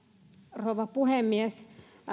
rouva puhemies